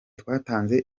twatanze